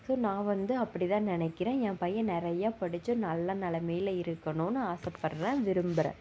so நான் வந்து அப்படி தான் நினைக்கிறேன் என் பையன் நிறைய படித்து நல்ல நிலைமையில இருக்கணும்னு ஆசப்படுறேன் விரும்புறேன்